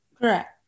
Correct